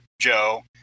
Joe